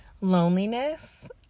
loneliness